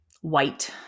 white